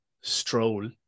stroll